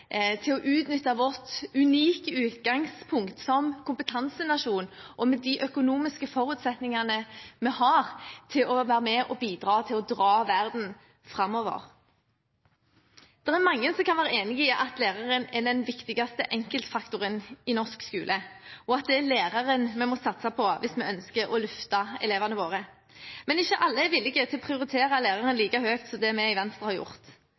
til å utnytte vårt unike utgangspunkt som kompetansenasjon og med de økonomiske forutsetningene vi har, til å bidra til å dra verden framover. Det er mange som kan være enig i at læreren er den viktigste enkeltfaktoren i norsk skole, og at det er læreren vi må satse på hvis vi ønsker å løfte elevene våre. Men ikke alle er villig til å prioritere læreren like høyt som det vi i Venstre har gjort.